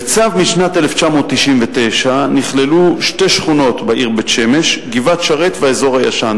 בצו משנת 1999 נכללו שתי שכונות בעיר בית-שמש: גבעת-שרת והאזור הישן.